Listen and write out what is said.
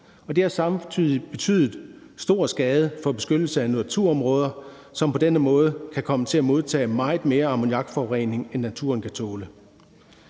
Det har samtidig gjort stor skade på beskyttelsen af naturområder, som på denne måde kan komme til at modtage meget mere ammoniakforurening, end naturen kan tåle.